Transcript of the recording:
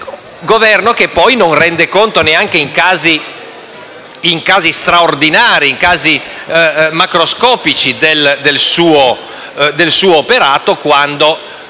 Governo, che poi non rende conto neanche in casi straordinari e macroscopici del suo operato quando